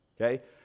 Okay